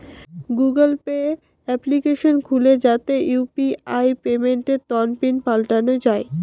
Google Pay application খুলে যাতে UPI পেমেন্টের তন্ন পিন পাল্টানো যাই